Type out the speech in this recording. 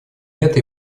это